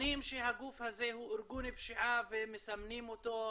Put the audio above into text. בוחנים שהגוף הזה הוא ארגון פשיעה ומסמנים אותו?